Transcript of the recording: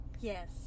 Yes